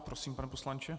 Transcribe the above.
Prosím, pane poslanče.